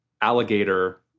alligator